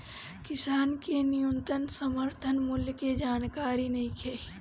किसान के न्यूनतम समर्थन मूल्य के जानकारी नईखे